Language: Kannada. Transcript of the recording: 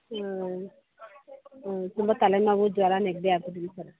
ಹ್ಞೂ ತುಂಬ ತಲೆನೋವು ಜ್ವರ ನೆಗಡಿ ಆಗಿಬಿಟ್ಟಿದೆ ಸರ್